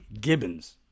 Gibbons